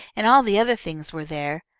and all the other things were there.